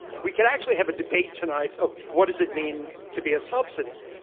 we could actually have a debate tonight of what does it mean to be a subsidy,